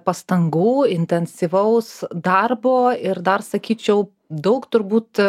pastangų intensyvaus darbo ir dar sakyčiau daug turbūt